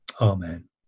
Amen